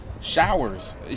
showers